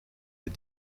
les